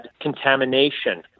contamination